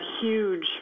huge